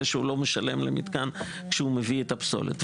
שהוא לא משלם למתקן כשהוא מביא את הפסולת.